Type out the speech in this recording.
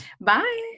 bye